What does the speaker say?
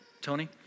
Tony